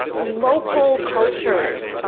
local cultures,